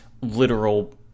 literal –